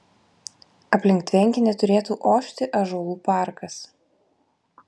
aplink tvenkinį turėtų ošti ąžuolų parkas